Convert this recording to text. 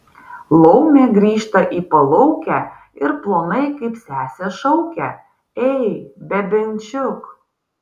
laumė grįžta į palaukę ir plonai kaip sesė šaukia ei bebenčiuk